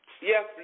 Yes